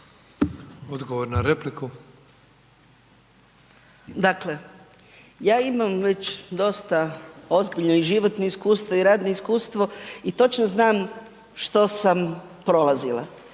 Anka (GLAS)** Dakle, ja imam već dosta ozbiljno i životno iskustvo i radno iskustvo i točno znam što sam prolazila.